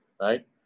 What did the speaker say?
right